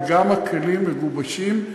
וגם הכלים מגובשים.